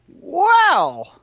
Wow